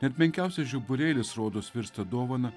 net menkiausias žiburėlis rodos virsta dovana